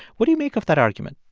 what do you make of that argument?